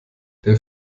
der